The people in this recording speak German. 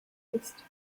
ist